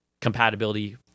compatibility